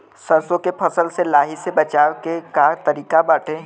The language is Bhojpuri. सरसो के फसल से लाही से बचाव के का तरीका बाटे?